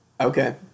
Okay